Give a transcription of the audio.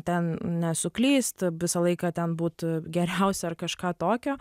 ten nesuklyst visą laiką ten būt geriausia ar kažką tokio